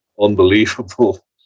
unbelievable